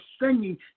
singing